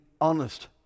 honest